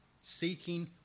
seeking